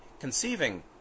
conceiving